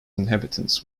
inhabitants